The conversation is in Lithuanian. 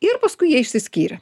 ir paskui jie išsiskyrė